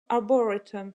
arboretum